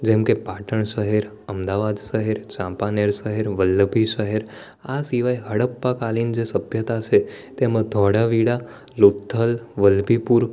જેમકે પાટણ શહેર અમદાવાદ શહેર ચાંપાનેર શહેર વલ્લભી શહેર આ સિવાય હડપ્પા કાલીન જે સભ્યતા છે તેમાં ધોળાવીરા લોથ્થલ વલભીપુર